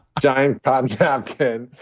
giant cotton napkin.